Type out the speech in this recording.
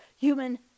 human